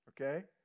Okay